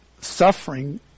suffering